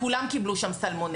אז כולם קיבלו שם סלמונלה.